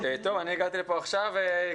אני הגעתי לפה עכשיו.